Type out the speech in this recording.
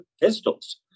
pistols